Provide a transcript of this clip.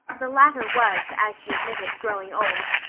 the latter was, as she admitted, growing old,